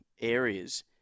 areas